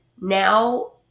now